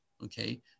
Okay